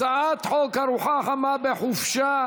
הצעת חוק ארוחה חמה בחופשה,